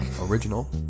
original